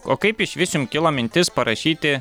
o kaip išvis jum kilo mintis parašyti